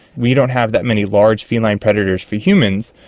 we don't have that many large feline predators for humans,